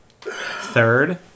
Third